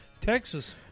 texas